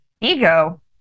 Ego